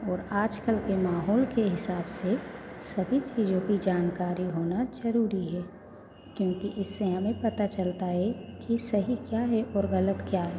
और आज कल के माहौल के हिसाब से सभी चीज़ों की जानकारी होना जरूरी है क्योंकि इससे हमें पता चलता है कि सही क्या है और गलत क्या है